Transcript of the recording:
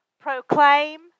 proclaim